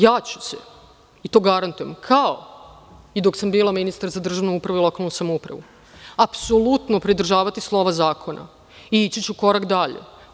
Ja ću se, i to garantujem, kao i dok sam bila ministar za državnu upravu i lokalnu samoupravu, apsolutno pridržavati slova zakona i ići ću korak dalje.